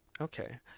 Okay